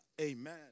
Amen